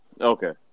Okay